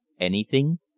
Anything